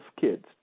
kids